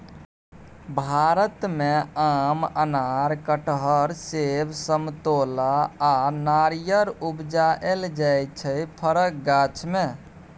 भारत मे आम, अनार, कटहर, सेब, समतोला आ नारियर उपजाएल जाइ छै फरक गाछ मे